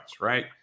right